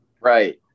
Right